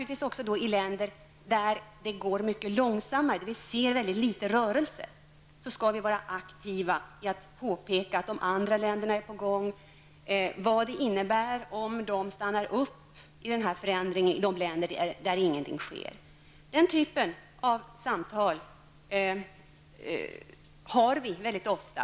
I länder där det går mycket långsammare och där vi ser mycket litet rörelser skall vi vara aktiva när det gäller att påpeka att de andra länderna är på gång. Vi skall tala om vad det innebär om man stannar upp i de länder där ingenting sker. Den typen av samtal för vi mycket ofta.